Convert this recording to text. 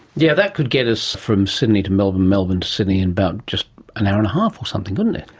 yeah that could get us from sydney to melbourne, melbourne to sydney in about just an hour-and-a-half or something, wouldn't it?